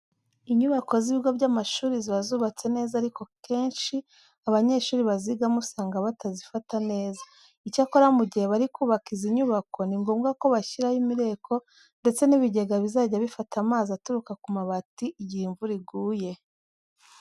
Inyubako z'ibigo by'amashuri ziba zubatse neza ariko akenshi abanyeshuri bazigiramo usanga batazifata neza. Icyakora mu gihe bari kubaka izi nyubako ni ngombwa ko bashyiraho imireko ndetse n'ibigega bizajya bifata amazi aturuka ku mabati igihe imvura iguye.